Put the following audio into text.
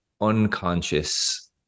unconscious